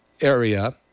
area